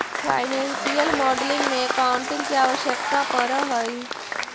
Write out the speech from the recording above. financial modelling में accounting के आवश्यकता पड़ऽ हई